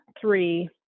three